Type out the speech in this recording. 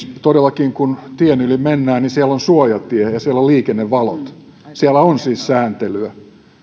todellakin kun tien yli mennään siellä on suojatie ja siellä on liikennevalot siellä on siis sääntelyä